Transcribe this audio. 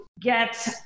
get